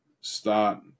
start